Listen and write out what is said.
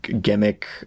gimmick